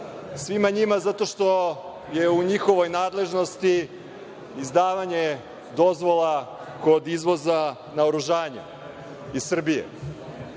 Svima njima zato što je u njihovoj nadležnosti izdavanje dozvola kod izvoza naoružanja iz Srbije. Povod